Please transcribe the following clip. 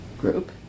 group